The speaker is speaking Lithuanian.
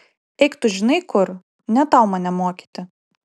eik tu žinai kur ne tau mane mokyti